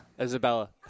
Isabella